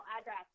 address